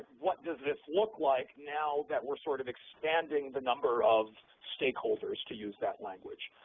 what does this look like now that we're sort of expanding the number of stakeholders, to use that language.